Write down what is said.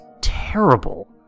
terrible